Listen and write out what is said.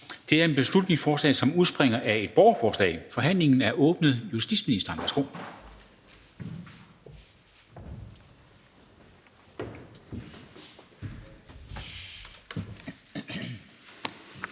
Det er et beslutningsforslag, som udspringer af et borgerforslag. Forhandlingen er åbnet. Justitsministeren, værsgo.